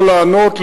לא לענות,